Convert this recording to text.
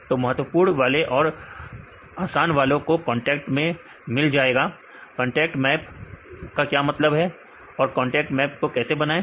तो महत्वपूर्ण वाले और आसान वाले को कांटेक्ट में मिल जाएगा कांटेक्ट मैप का क्या मतलब है और कांटेक्ट मैप को कैसे बनाएं